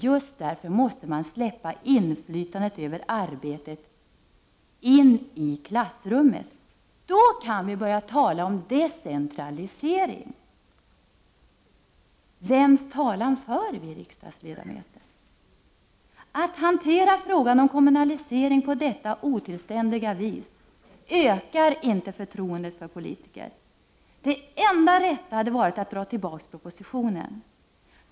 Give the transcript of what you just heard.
Just därför måste man släppa inflytandet över arbetet in i klassrummet. Då kan vi börja tala om decentralisering. Vems talan för vi riksdagsledamöter? Att hantera frågan om kommunalisering på detta otillständiga vis ökar inte förtroendet för politiker. Det enda rätta hade varit att dra tillbaka propositionen.